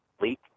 leak